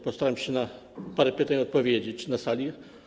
Postaram się na parę pytań odpowiedzieć na sali.